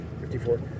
54